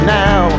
now